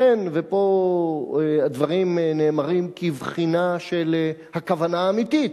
ופה הדברים נאמרים כבחינה של הכוונה האמיתית,